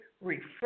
refresh